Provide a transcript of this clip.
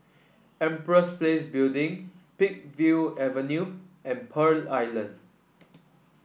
Empress Place Building Peakville Avenue and Pearl Island